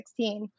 2016